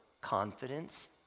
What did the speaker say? confidence